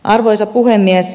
arvoisa puhemies